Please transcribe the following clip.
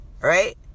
right